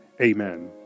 Amen